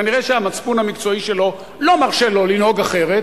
כנראה המצפון המקצועי שלו לא מרשה לו לנהוג אחרת,